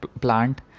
plant